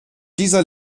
dieser